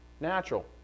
natural